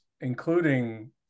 including